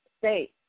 state